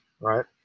right